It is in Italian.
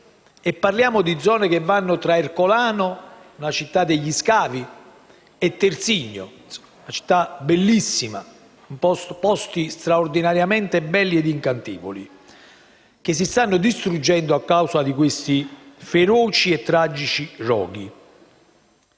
e parliamo di zone come Ercolano, la città degli scavi, e Terzigno, altra città bellissima. Sono posti straordinariamente belli e incantevoli che si stanno distruggendo a causa di questi feroci e tragici roghi.